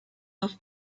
off